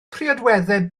priodweddau